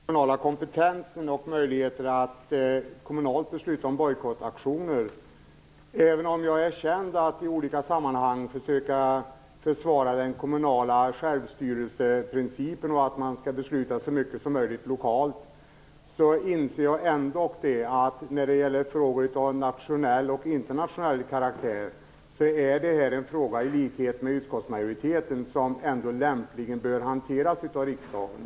Fru talman! Jag vill kort kommentera den kommunala kompetensen och möjligheterna att kommunalt besluta om bojkottaktioner. Även om jag är känd för att försvara den kommunala självstyrelseprincipen och att man skall fatta så många beslut som möjligt lokalt, inser jag ändock, i likhet med utskottsmajoriteten, att frågor av nationell och internationell karaktär bör hanteras av riksdagen.